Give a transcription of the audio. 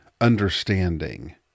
understanding